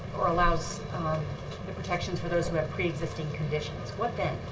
or allows the protection for those who have preexisting conditions? what then?